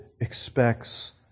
expects